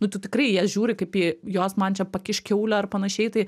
nu tu tikrai į jas žiūri kaip į jos man čia pakiš kiaulę ar panašiai tai